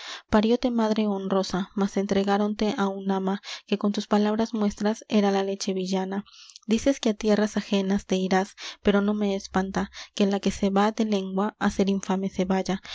engendrara parióte madre honorosa mas entregáronte á un ama que con tus palabras muestras era la leche villana dices que á tierras ajenas te irás pero no me espanta que la que se va de lengua á ser infame se vaya